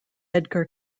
edgar